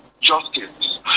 justice